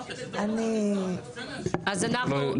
אז אנחנו,